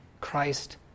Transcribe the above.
Christ